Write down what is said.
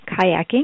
kayaking